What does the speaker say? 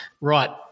Right